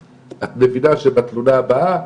את מבינה שבתלונה הבאה,